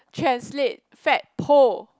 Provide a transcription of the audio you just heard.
translate fat pole